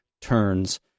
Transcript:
turns